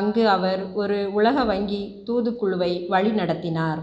அங்கு அவர் ஒரு உலக வங்கி தூதுக் குழுவை வழிநடத்தினார்